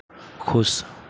खुश